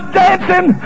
dancing